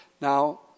Now